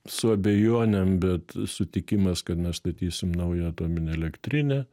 su abejonėm bet sutikimas kad mes statysim naują atominę elektrinę